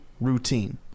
routine